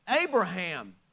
Abraham